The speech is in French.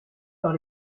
par